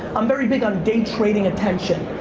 i'm very big on day trading attention.